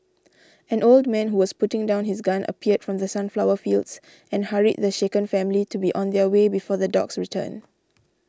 an old man who was putting down his gun appeared from the sunflower fields and hurried the shaken family to be on their way before the dogs return